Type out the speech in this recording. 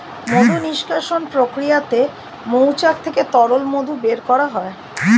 মধু নিষ্কাশণ প্রক্রিয়াতে মৌচাক থেকে তরল মধু বের করা হয়